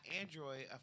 Android